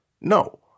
No